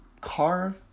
carve